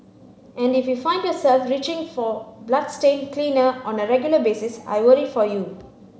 and if you find yourself reaching for bloodstain cleaner on a regular basis I worry for you